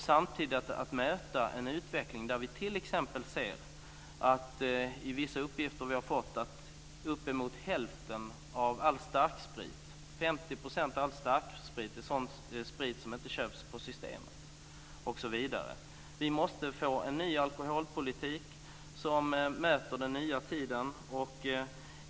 Samtidigt måste vi möta en utveckling där vi t.ex. ser att uppemot hälften av all starksprit, enligt vissa uppgifter vi har fått, är sådan sprit som inte köps på Systemet. Vi måste få en ny alkoholpolitik som möter den nya tiden.